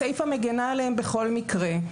הסיפא מגנה עליהם בכל מקרה.